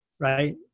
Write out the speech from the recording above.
right